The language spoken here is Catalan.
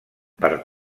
per